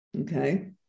Okay